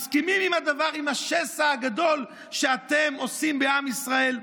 מסכימים עם השסע הגדול שאתם עושים בעם ישראל?